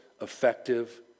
effective